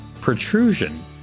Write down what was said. Protrusion